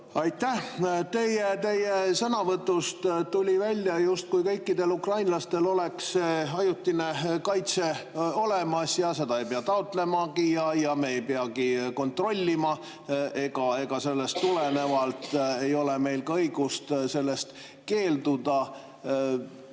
Aitäh! Teie sõnavõtust tuli välja, justkui kõikidel ukrainlastel oleks ajutine kaitse olemas, seda ei peagi taotlema ja me ei peagi seda kontrollima ning sellest tulenevalt ei ole meil ka õigust sellest keelduda.